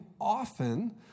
often